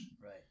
Right